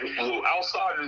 outside